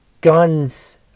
guns